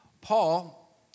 Paul